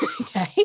okay